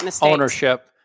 ownership